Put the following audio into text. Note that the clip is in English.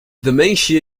dementia